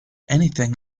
anything